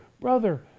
Brother